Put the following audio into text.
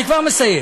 אני כבר מסיים.